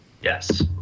Yes